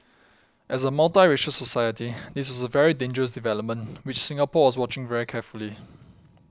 as a multiracial society this was a very dangerous development which Singapore was watching very carefully